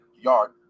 yard